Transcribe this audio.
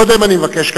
קודם אני מבקש,